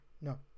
no